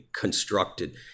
constructed